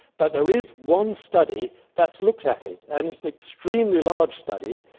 but there is one study that's looked at it, and it's an extremely large study.